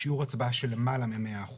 שיעור הצבעה של למעלה מ-100%,